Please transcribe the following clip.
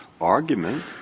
argument